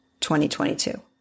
2022